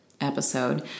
episode